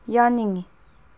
ꯌꯥꯅꯤꯡꯉꯤ